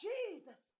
Jesus